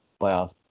playoffs